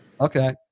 Okay